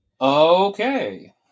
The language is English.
Okay